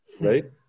right